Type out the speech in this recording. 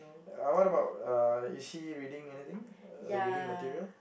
uh what about uh is she reading anything reading material